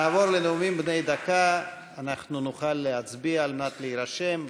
אנחנו נוכל להצביע על מנת להירשם.